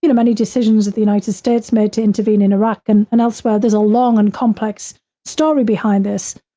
you know many decisions that the united states made to intervene in iraq and and elsewhere. there's a long and complex story behind this.